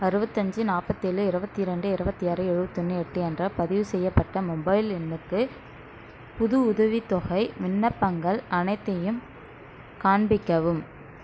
அறுபத்தஞ்சி நாற்பத்தேழு இருபத்தி ரெண்டு இருபத்தி ஆறு எழுபத்தொன்னு எட்டு என்ற பதிவுசெய்யப்பட்ட மொபைல் எண்ணுக்கு புது உதவித்தொகை விண்ணப்பங்கள் அனைத்தையும் காண்பிக்கவும்